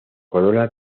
corola